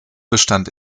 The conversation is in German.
bestand